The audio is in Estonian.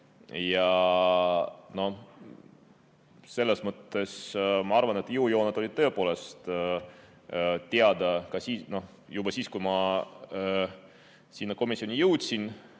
Selles mõttes, ma arvan, et jõujooned olid tõepoolest teada juba siis, kui ma sinna komisjoni jõudsin. Kui